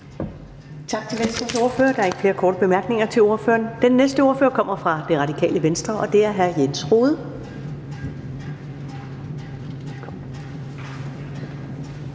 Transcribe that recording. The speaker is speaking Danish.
tak til Venstres ordfører. Der er ikke flere korte bemærkninger til ordføreren. Den næste ordfører kommer fra Dansk Folkeparti, og det er fru Karina